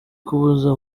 kubuza